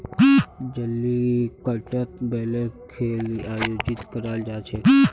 जलीकट्टूत बैलेर खेल आयोजित कराल जा छेक